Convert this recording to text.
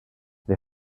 they